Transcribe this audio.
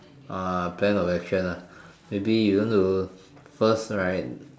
uh plan of action ah maybe you want to first right